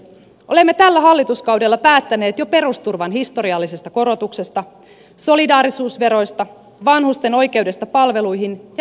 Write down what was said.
olemme tällä hallituskaudella päättäneet jo perusturvan historiallisesta korotuksesta solidaarisuusveroista vanhusten oikeudesta palveluihin ja nuorisotakuusta